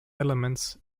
elements